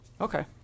Okay